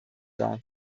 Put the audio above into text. dar